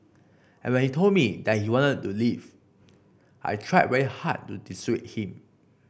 and when he told me that he wanted to leave I tried very hard to dissuade him